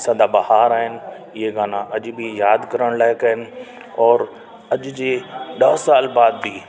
सदा बाहार आहिनि ईअ गाना अॼु बि यादि करणु लाइक़ु आहिनि और अॼु जे ॾह साल बैदि बि